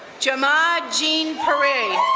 jamal gene paray.